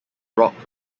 rock